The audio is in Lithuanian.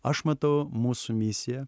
aš matau mūsų misiją